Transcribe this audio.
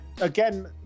again